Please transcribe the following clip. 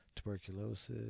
Tuberculosis